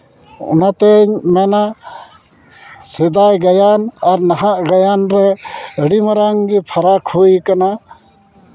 ᱚᱱᱟᱛᱤᱧ ᱢᱮᱱᱟ ᱥᱮᱫᱟᱭ ᱜᱟᱭᱟᱱ ᱟᱨ ᱱᱟᱦᱟᱜ ᱜᱟᱭᱟᱱ ᱨᱮ ᱟᱹᱰᱤ ᱢᱟᱨᱟᱝ ᱜᱮ ᱯᱷᱟᱨᱟᱠ ᱦᱩᱭ ᱠᱟᱱᱟ